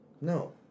No